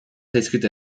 zaizkit